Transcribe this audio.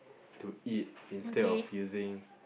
to eat instead of using